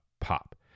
pop